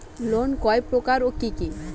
ঋণ কয় প্রকার ও কি কি?